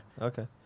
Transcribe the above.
Okay